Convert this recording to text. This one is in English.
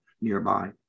nearby